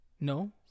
No